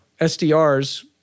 SDRs